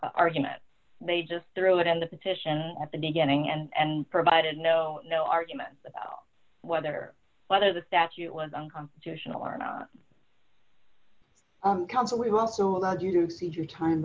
argument they just threw it in the petition at the beginning and provided no no argument about whether whether the statute was unconstitutional or not council will also allow you to exceed your time